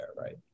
right